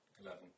Eleven